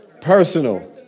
Personal